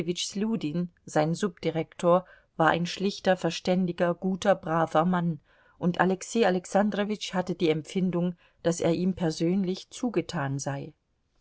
sein subdirektor war ein schlichter verständiger guter braver mann und alexei alexandrowitsch hatte die empfindung daß er ihm persönlich zugetan sei